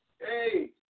Hey